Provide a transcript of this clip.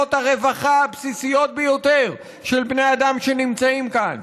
לשאלות הרווחה הבסיסיות ביותר של בני אדם שנמצאים כאן,